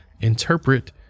interpret